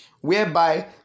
whereby